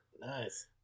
nice